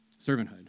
servanthood